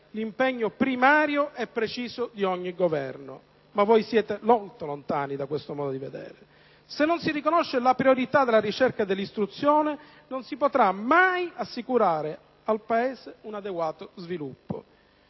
l'impegno primario e preciso di ogni Governo. Ma voi siete molto lontani da questo modo di vedere. Se non si riconosce la priorità della ricerca e dell'istruzione, non si potrà mai assicurare al Paese un adeguato sviluppo.